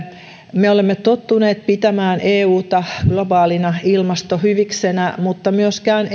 me olemme tottuneet pitämään euta globaalina ilmastohyviksenä mutta myöskään